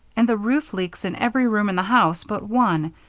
and the roof leaks in every room in the house but one,